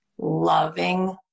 loving